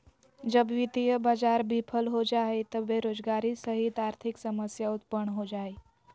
जब वित्तीय बाज़ार बिफल हो जा हइ त बेरोजगारी सहित आर्थिक समस्या उतपन्न हो जा हइ